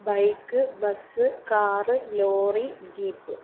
bike bus car lorry jeep